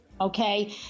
Okay